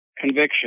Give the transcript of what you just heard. conviction